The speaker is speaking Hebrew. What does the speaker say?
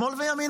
שמאל וימין,